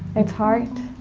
it's hard.